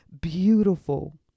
beautiful